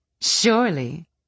Surely